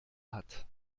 hat